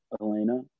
Elena